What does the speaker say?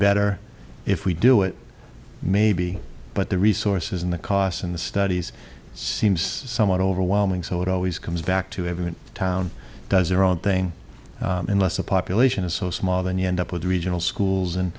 better if we do it maybe but the resources and the cost in the studies seems somewhat overwhelming so it always comes back to every town does their own thing unless the population is so small then you end up with regional schools and